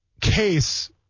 case